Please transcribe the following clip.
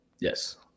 Yes